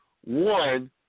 one